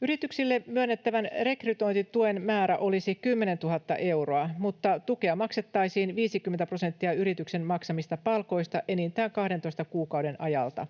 Yrityksille myönnettävän rekrytointituen määrä olisi 10 000 euroa, mutta tukea maksettaisiin 50 prosenttia yrityksen maksamista palkoista enintään 12 kuukauden ajalta.